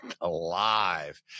alive